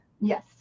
Yes